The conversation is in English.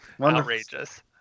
Outrageous